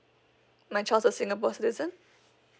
my child is singapore citizen